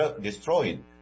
destroyed